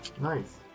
Nice